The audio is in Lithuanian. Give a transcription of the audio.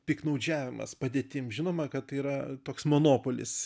piktnaudžiavimas padėtim žinoma kad yra toks monopolis